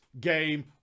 game